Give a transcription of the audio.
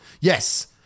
Yes